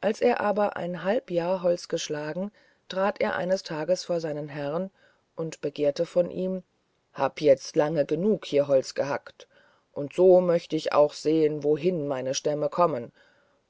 als er aber ein halb jahr holz geschlagen trat er eines tags vor seinen herrn und begehrte von ihm hab jetzt lange genug hier holz gehackt und so möcht ich auch sehen wohin meine stämme kommen